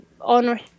honor